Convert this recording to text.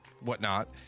whatnot